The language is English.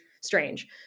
strange